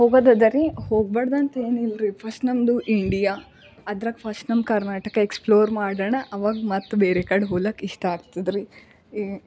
ಹೋಗೋದು ಇದೆ ರಿ ಹೋಗ್ಬಾರ್ದು ಅಂತ ಏನು ಇಲ್ರಿ ಫಸ್ಟ್ ನಮ್ದು ಇಂಡಿಯಾ ಅದರಾಗೆ ಫಸ್ಟ್ ನಮ್ಮ ಕರ್ನಾಟಕ ಎಕ್ಸಪ್ಲೋರ್ ಮಾಡೋಣ ಆವಾಗ ಮತ್ತೆ ಬೇರೆ ಕಡೆ ಹೋಗಕ್ಕೆ ಇಷ್ಟ ಆಗ್ತದೆ ರಿ ಈ